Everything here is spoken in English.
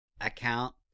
account